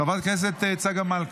חברת הכנסת צגה מלקו,